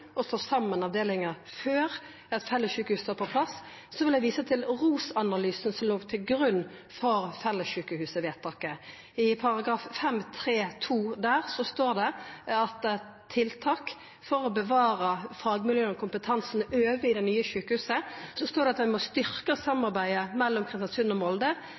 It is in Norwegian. slå saman avdelingar før eit fellessjukehus står på plass, vil eg visa til ROS-analysen som låg til grunn for fellessjukehusvedtaket. I punkt 5.3.2, under tiltak for å bevara fagmiljøa og kompetansen over i det nye sjukehuset, står det at ein må: «Styrke samarbeid mellom